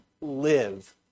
live